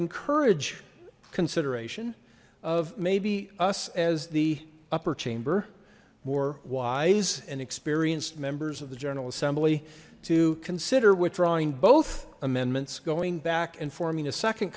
encourage consideration of maybe us as the upper chamber more wise and experienced members of the general assembly to consider withdrawing both amendments going back and